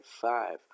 five